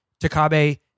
Takabe